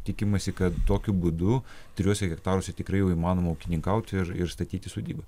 tikimasi kad tokiu būdu trijuose hektaruose tikrai jau įmanoma ūkininkaut ir ir statyti sodybą